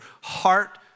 heart